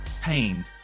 pain